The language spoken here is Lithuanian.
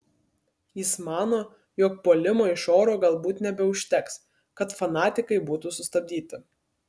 jis mano jog puolimo iš oro galbūt nebeužteks kad fanatikai būtų sustabdyti